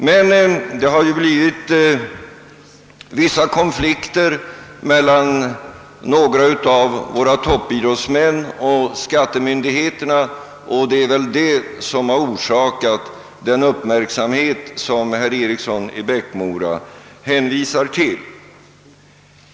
Det har emellertid uppstått vissa konflikter mellan några av våra toppidrottsmän och skattemyndigheterna, och det är väl detta som har orsakat den uppmärksamhet som herr Eriksson i Bäckmora hänvisar till.